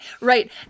Right